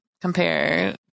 compare